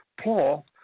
Paul